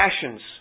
passions